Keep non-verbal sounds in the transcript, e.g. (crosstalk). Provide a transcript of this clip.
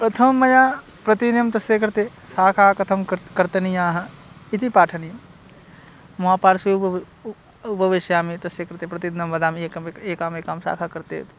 प्रथमं मया प्रतिनित्यं तस्य कृते शाकाः कथं कर्त् कर्तनीयाः इति पाठनीयं मम पार्श्वे उपवि उपविशामि तस्य कृते प्रतिदिनं वदामि एकम् (unintelligible) एकाम् एकां शाकं कृर्तयेत्